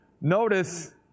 notice